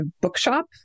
bookshop